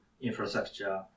infrastructure